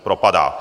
Propadá.